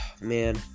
man